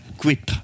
quit